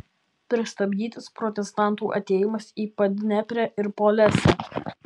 pristabdytas protestantų atėjimas į padneprę ir polesę